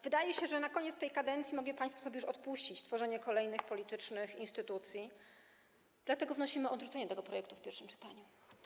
Wydaje się, że na koniec tej kadencji mogli państwo sobie już odpuścić tworzenie kolejnych politycznych instytucji, dlatego wnosimy o odrzucenie tego projektu w pierwszym czytaniu.